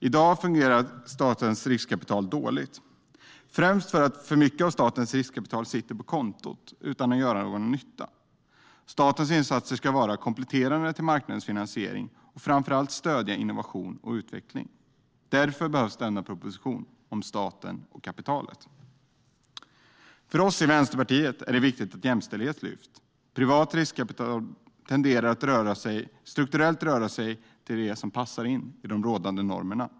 I dag fungerar statens riskkapital dåligt, främst därför att alltför mycket av statens riskkapital sitter på kontot utan att göra nytta i något bolag. Statens insatser ska vara kompletterande till marknadens finansiering och framför allt stödja innovation och utveckling. Därför behövs denna proposition om staten och kapitalet. För oss i Vänsterpartiet är det viktigt att jämställdhet lyfts fram. Privat riskkapital tenderar att strukturellt röra sig till det som passar in i de rådande normerna.